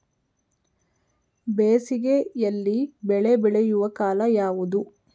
ಬೇಸಿಗೆ ಯಲ್ಲಿ ಬೆಳೆ ಬೆಳೆಯುವ ಕಾಲ ಯಾವುದು?